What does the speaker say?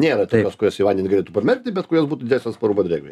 nėra tokios kurios į vandenį galėtų pamerkti bet kurios būtų didesnio atsparumo drėgmei